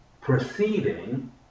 proceeding